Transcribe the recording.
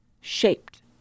shaped